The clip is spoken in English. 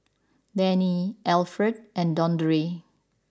Dayne Alfred and Dondre